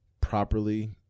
properly